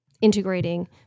integrating